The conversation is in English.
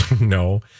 No